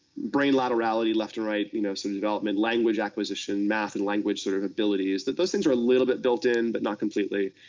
brain laterality, left and right, you know some development, language acquisition, math and language sort of abilities o those things are a little bit built in, but not completely.